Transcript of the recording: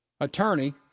attorney